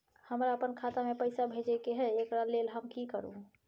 हमरा अपन खाता में पैसा भेजय के है, एकरा लेल हम की करू?